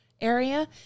area